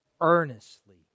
earnestly